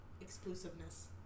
Exclusiveness